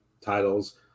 titles